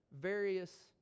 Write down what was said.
various